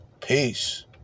Peace